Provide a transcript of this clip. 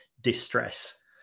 distress